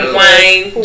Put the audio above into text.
wine